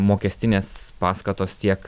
mokestinės paskatos tiek